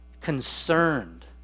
concerned